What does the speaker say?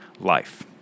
life